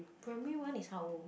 primary one is how old